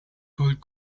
gold